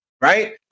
right